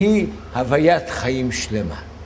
היא הווית חיים שלמה.